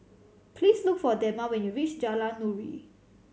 please look for Dema when you reach Jalan Nuri